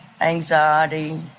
anxiety